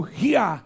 hear